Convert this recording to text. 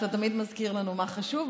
שאתה מזכיר לנו מה חשוב,